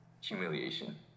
humiliation